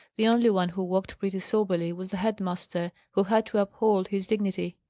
the only one who walked pretty soberly was the head-master, who had to uphold his dignity.